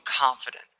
confident